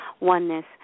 Oneness